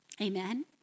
Amen